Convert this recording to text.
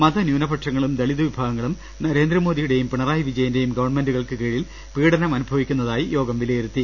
മത ന്യൂനപക്ഷങ്ങളും ദളിത് വിഭാഗങ്ങളും നരേന്ദ്രമോദിയുടേയും പിണറായി വിജയന്റേയും ഗവൺമെന്റുകൾക്ക് കീഴിൽ പീഡനം അനു ഭവിക്കുന്നതായി യോഗം വിലയിരുത്തി